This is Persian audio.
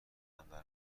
برمیگردی